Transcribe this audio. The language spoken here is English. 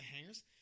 Hangers